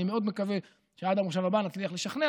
אני מאוד מקווה שעד המושב הבא נצליח לשכנע,